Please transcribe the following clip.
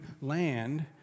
land